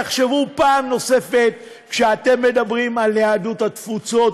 תחשבו פעם נוספת לפני שאתם מדברים על יהדות התפוצות.